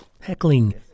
Heckling